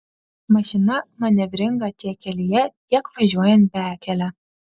mašina manevringa tiek kelyje tiek važiuojant bekele